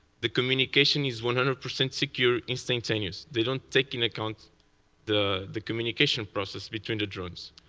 the communication is one hundred percent secure instantaneous. they don't take in account the the communication process between the drones.